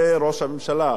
אני רוצה גם לא להדאיג אתכם,